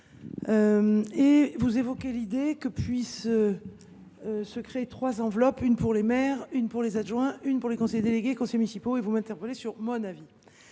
vous évoquez l’idée que puissent être créées trois enveloppes – une pour les maires, une pour les adjoints, une pour les conseillers délégués et conseillers municipaux – et vous sollicitez mon avis